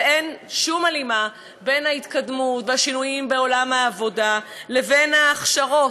ואין שום הלימה בין ההתקדמות והשינויים בעולם העבודה לבין ההכשרות.